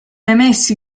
emessi